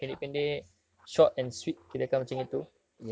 short texts the summary of it